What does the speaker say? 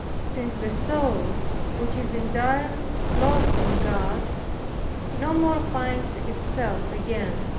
since the soul which is entirely lost in god no more finds itself again.